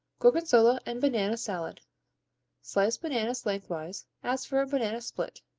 gorgonzola and banana salad slice bananas lengthwise, as for a banana split.